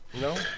no